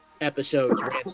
episodes